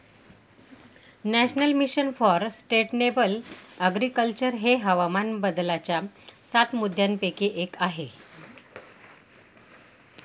national mission for sustainable agriculture हे हवामान बदलाच्या सात मुद्यांपैकी एक आहे